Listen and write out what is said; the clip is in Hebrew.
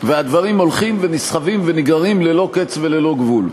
והדברים הולכים ונסחבים ונגררים ללא קץ וללא גבול.